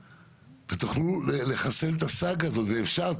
תוכלו לחסל את הסאגה הזאת, ואפשר.